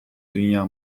dünya